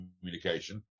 communication